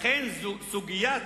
לכן סוגיית